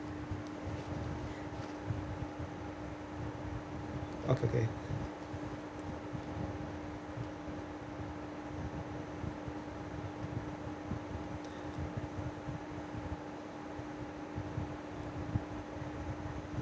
okay okay